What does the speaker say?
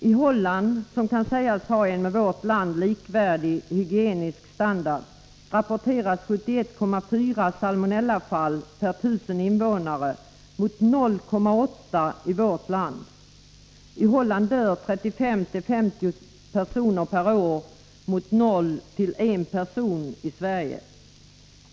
I Holland, som kan sägas ha en hygienisk standard som är likvärdig med den vi har i vårt land, rapporteras 71,4 salmonellafall per 1 000 invånare mot 0,8 i vårt land. I Holland dör 35-50 personer mot 0-1 person i Sverige.